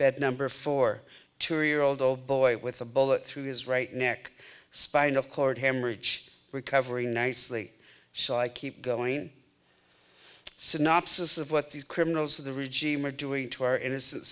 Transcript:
bed number four two year old old boy with a bullet through his right neck spinal cord hemorrhage recovering nicely so i keep going synopsis of what these criminals of the regime are doing to our innocent